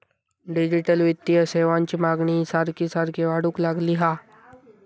digital वित्तीय सेवांची मागणी सारखी सारखी वाढूक लागली हा